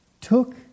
took